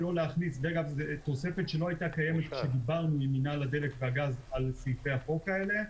זאת תוספת שלא הייתה קיימת כשדובר ממינהל הדלק והגז על סעיפי החוק האלה.